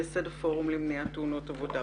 מייסד הפורום למניעת תאונות עבודה,